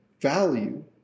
value